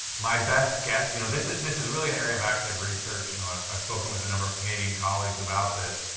my best guess you know, this this is really an area of active research. you know, i've i've spoken with a number of canadian colleagues about this.